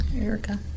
Erica